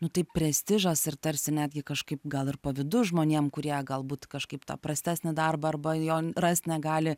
nu tai prestižas ir tarsi netgi kažkaip gal ir pavydu žmonėm kurie galbūt kažkaip tą prastesnį darbą arba jo rast negali